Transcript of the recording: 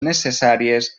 necessàries